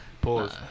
Pause